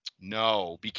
No